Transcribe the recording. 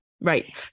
Right